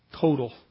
Total